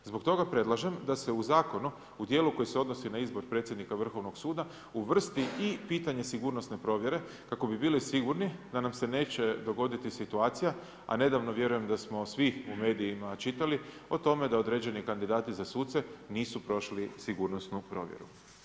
Zbog toga predlažem da se u zakonu, u dijelu koji se odnosi na izbor predsjednika Vrhovnog suda uvrsti i pitanje sigurnosne provjere kako bi bili sigurni da nam se neće dogoditi situacija, a nedavno vjerujem da smo svi u medijima čitali o tome da određeni kandidati za suce nisu prošli sigurnosnu provjeru.